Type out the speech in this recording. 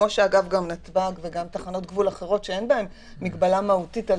כפי שגם בנתב"ג וגם בתחנות גבול אחרות שאין בהן מגבלה מהותית על